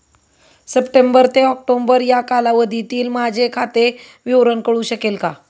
September ते October या कालावधीतील माझे खाते विवरण कळू शकेल का?